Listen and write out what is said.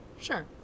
Sure